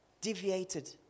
Deviated